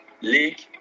League